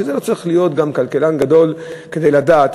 לא צריך להיות כלכלן גדול כדי לדעת